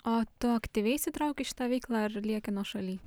o tu aktyviai įsitrauki į šitą veiklą ar lieki nuošaly